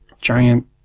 giant